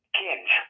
kids